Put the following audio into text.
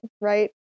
right